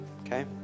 okay